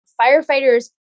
firefighters